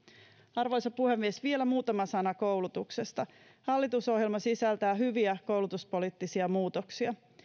arvoisa puhemies vielä muutama sana koulutuksesta hallitusohjelma sisältää hyviä koulutuspoliittisia muutoksia